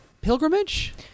pilgrimage